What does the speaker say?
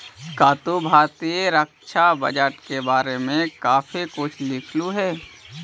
का तू भारतीय रक्षा बजट के बारे में कभी कुछ लिखलु हे